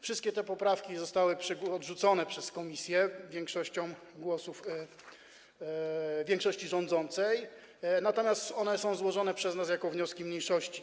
Wszystkie te poprawki zostały odrzucone przez komisję głosami większości rządzącej, natomiast one są złożone przez nas jako wnioski mniejszości.